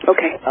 Okay